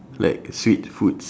like sweet foods